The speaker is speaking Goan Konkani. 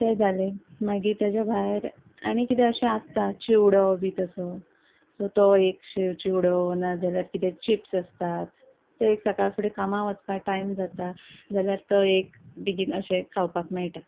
ते जाले मागीर ताज्या भायर आनी किदें अशें आसता चिवडो बी तसो सो तो एक शेव चिवडो ना जाल्यार कितें चिप्स आसतात ते एक सकाळ फुडें कामां वचपाक टायम जाता जाल्यार तो एक बेगीन अशे खावपाक मेळटा